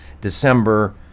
December